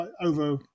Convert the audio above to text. over